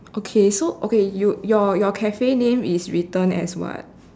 okay so okay you your cafe name is written as what